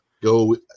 go